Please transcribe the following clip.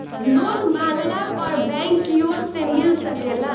loan मांगला पर bank कियोर से मिल सकेला